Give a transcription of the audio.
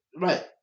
right